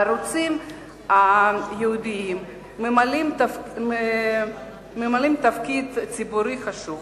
הערוצים הייעודיים ממלאים תפקיד ציבורי חשוב,